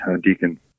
Deacon